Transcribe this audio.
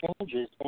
changes